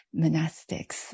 monastics